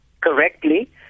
correctly